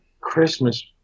Christmas